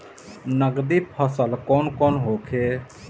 नकदी फसल कौन कौनहोखे?